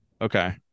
Okay